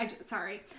Sorry